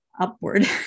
upward